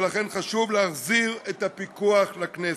ולכן חשוב להחזיר את הפיקוח לכנסת.